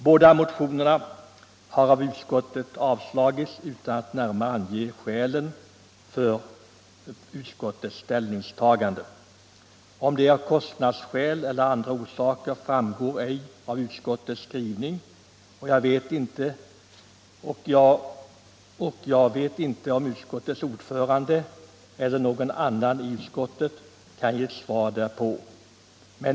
Båda motionerna har utskottet avstyrkt utan att närmare ange skälen för sitt ställningstagande — om det är kostnadsskäl eller andra orsaker framgår inte av utskottets skrivning. Jag vet inte om utskottets ordförande eller någon annan i utskottet kan ge besked därom.